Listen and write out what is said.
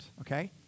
okay